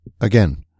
Again